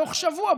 בתוך שבוע,